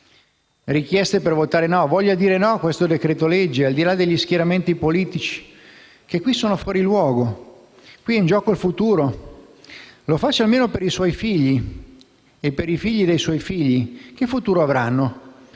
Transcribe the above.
richieste per votare no: dire no a questo decreto-legge, al di là degli schieramenti politici (che qui sono fuori luogo; qui è in gioco il futuro): «Lo faccia almeno per i suoi figli e per i figli dei suoi figli». Che futuro avranno